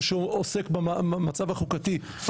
שהוא עוסק במצב החוקתי,